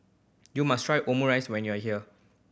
you must try Omurice when you are here